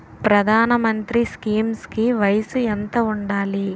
ప్రధాన మంత్రి స్కీమ్స్ కి వయసు ఎంత ఉండాలి?